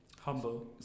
Humble